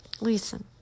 Listen